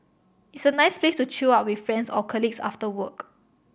it's a nice place to chill out with friends or colleagues after work